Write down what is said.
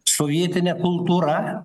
sovietine kultūra